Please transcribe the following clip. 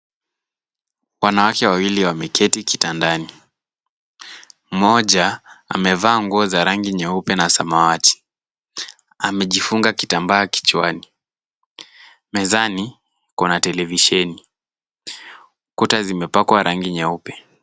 Wanawake wawili wameketi kitandani. Mmoja amevaa nguo za rangi nyeupe na samawati. Amejifunga kitambaa kichwani. Mezani, kuna televisheni. Kuta zimepakwa rangi nyeupe.